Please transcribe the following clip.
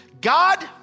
God